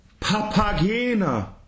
Papagena